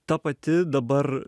ta pati dabar